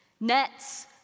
Nets